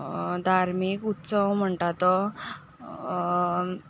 धार्मीक उत्सव म्हणटा तो